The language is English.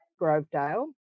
Grovedale